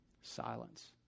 Silence